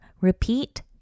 repeat